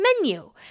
menu